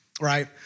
right